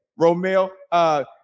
Romel